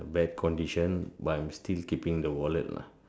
bad condition but I'm still keeping the wallet lah